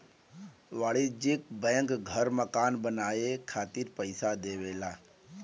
वाणिज्यिक बैंक घर मकान बनाये खातिर पइसा देवला